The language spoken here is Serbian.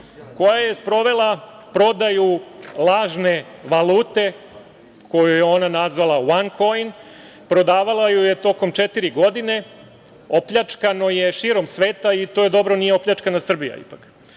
koja je sprovela prodaju lažne valute koju je ona nazvala onecoin. Prodavala ju je tokom četiri godine. Opljačkano je širom sveta i što je dobro nije opljačkana Srbija, ali